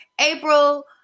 April